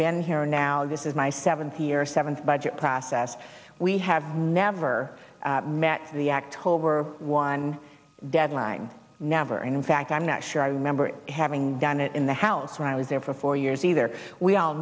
been here now this is my seventh year seventh budget process we have never met the act hole we're one deadline never and in fact i'm not sure i remember having done it in the house when i was there for four years either we all